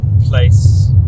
place